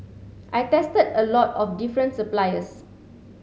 I tested a lot of different suppliers